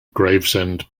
gravesend